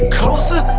closer